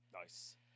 Nice